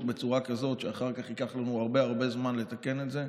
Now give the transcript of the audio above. בצורה כזאת שאחר כך ייקח לנו הרבה הרבה זמן לתקן את זה.